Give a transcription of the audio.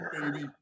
baby